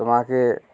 তোমাকে